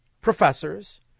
professors